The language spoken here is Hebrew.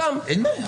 אין בעיה,